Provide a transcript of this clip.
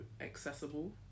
accessible